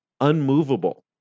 unmovable